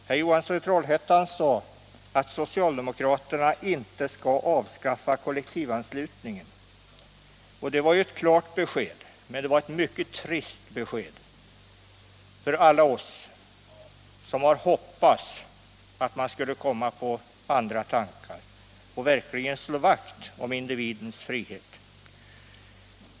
Herr Johansson i Trollhättan sade att socialdemokraterna inte skall avskaffa kollektivanslutningen. Det var ju ett klart besked, men det var ett mycket trist besked för alla oss som har hoppats att man skulle komma på andra tankar och verkligen slå vakt om individens frihet.